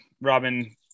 Robin